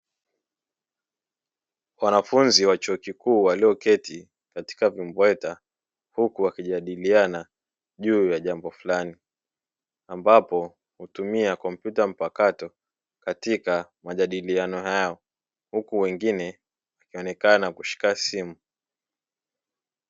Wanafunzi wa chuo kikuu walioketi katika vimbweta, huku wakijadiliana juu ya jambo fulani, ambapo hutumia kompyuta mpakato katika majadiliano hayo, huku wengine wamekaa na kushika simu.